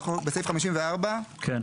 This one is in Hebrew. אנחנו בסעיף 54. כן.